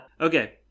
Okay